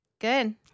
Good